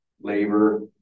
labor